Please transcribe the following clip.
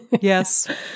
Yes